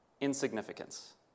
insignificance